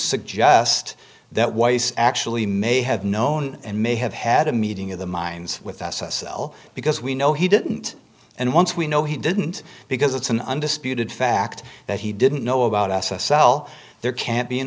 suggest that weiss actually may have known and may have had a meeting of the minds with s s l because we know he didn't and once we know he didn't because it's an undisputed fact that he didn't know about s s l there can't be an